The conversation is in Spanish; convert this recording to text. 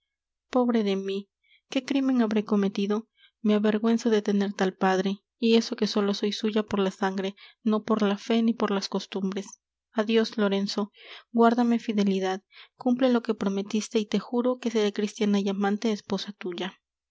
pobre de mí qué crímen habré cometido me avergüenzo de tener tal padre y eso que sólo soy suya por la sangre no por la fe ni por las costumbres adios lorenzo guárdame fidelidad cumple lo que prometiste y te juro que seré cristiana y amante esposa tuya